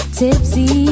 tipsy